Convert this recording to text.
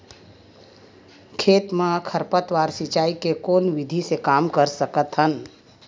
खेत म खरपतवार सिंचाई के कोन विधि से कम कर सकथन?